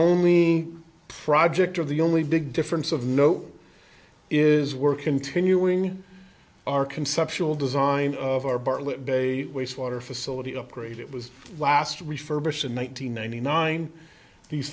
only project of the only big difference of note is were continuing our conceptual design of our bartlett bay wastewater facility upgrade it was last refurbished in one nine hundred ninety nine these